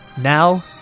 Now